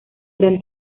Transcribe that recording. gran